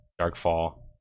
Darkfall